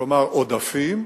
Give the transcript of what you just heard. כלומר עודפים.